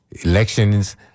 elections